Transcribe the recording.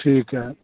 ਠੀਕ ਹੈ